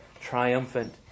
triumphant